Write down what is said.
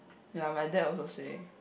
ya my dad also say